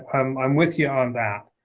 um i'm with you on that.